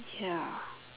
ya